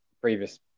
previous